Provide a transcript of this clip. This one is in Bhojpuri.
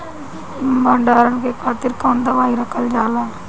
भंडारन के खातीर कौन दवाई रखल जाला?